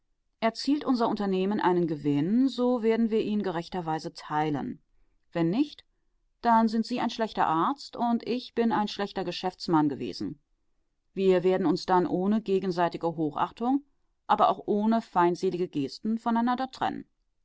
kraft erzielt unser unternehmen einen gewinn so werden wir ihn gerechterweise teilen wenn nicht dann sind sie ein schlechter arzt und ich bin ein schlechter geschäftsmann gewesen wir werden uns dann ohne gegenseitige hochachtung aber auch ohne feindselige gesten voneinander trennen